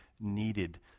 needed